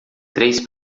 três